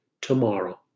tomorrow